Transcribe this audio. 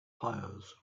hires